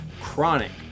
Chronic